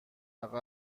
عقب